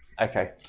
Okay